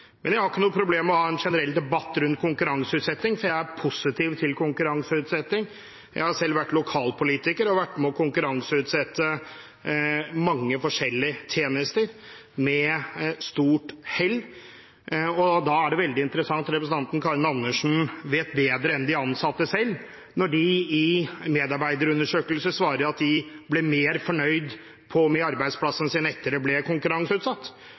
Men jeg har ikke noe problem med å ha en generell debatt rundt konkurranseutsetting, for jeg er positiv til konkurranseutsetting. Jeg har selv vært lokalpolitiker og vært med på å konkurranseutsette mange forskjellige tjenester – med stort hell. Da er det veldig interessant at representanten Karin Andersen vet bedre enn de ansatte selv, som i medarbeiderundersøkelser svarer at de ble mer fornøyd med arbeidsplassen sin etter at den ble konkurranseutsatt.